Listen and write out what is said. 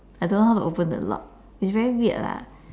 I don't know how to open the lock it's very weird lah